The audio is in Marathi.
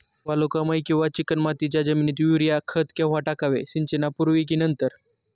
वालुकामय किंवा चिकणमातीच्या जमिनीत युरिया खत केव्हा टाकावे, सिंचनापूर्वी की नंतर?